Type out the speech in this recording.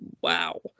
Wow